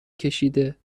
کشیده